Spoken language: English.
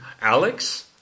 Alex